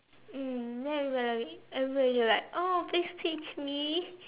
mm then everybody will be like everybody will be like oh please teach me